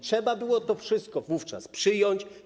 Trzeba było to wszystko wówczas przyjąć.